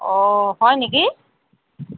অ হয় নেকি